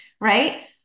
right